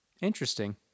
Interesting